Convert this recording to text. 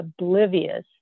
oblivious